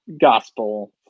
gospel